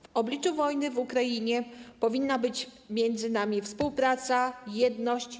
W obliczu wojny w Ukrainie powinna być między nami współpraca, jedność.